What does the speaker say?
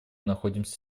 находимся